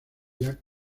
jack